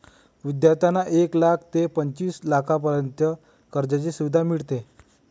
विद्यार्थ्यांना एक लाख ते पंचवीस लाखांपर्यंत कर्जाची सुविधा मिळते